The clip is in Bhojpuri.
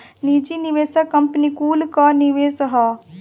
निजी निवेशक कंपनी कुल कअ निवेश हअ